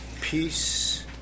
Peace